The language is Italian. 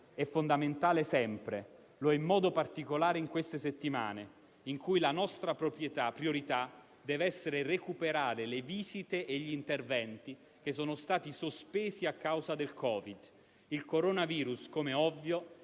è fondamentale sempre e lo è in modo particolare in queste settimane, in cui la nostra priorità deve essere recuperare le visite e gli interventi che sono stati sospesi a causa del Covid. Il coronavirus - come è ovvio